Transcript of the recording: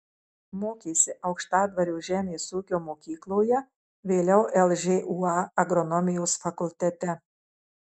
mokėsi aukštadvario žemės ūkio mokykloje vėliau lžūa agronomijos fakultete